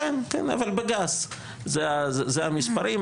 בגס, זה המספרים.